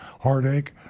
heartache